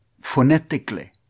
phonetically